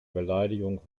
beleidigung